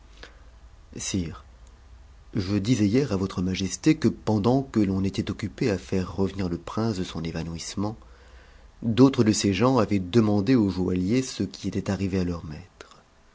je disais hier à votre majesté que pendant que l'on était occupé à faire revenir le prince de son évanouissement d'autres de ses gens avaient demandé au joaillier ce qui était arrivé leur maître